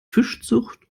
fischzucht